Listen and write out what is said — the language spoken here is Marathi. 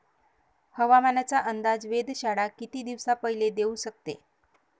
हवामानाचा अंदाज वेधशाळा किती दिवसा पयले देऊ शकते?